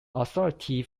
authority